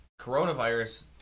coronavirus